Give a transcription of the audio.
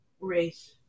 Race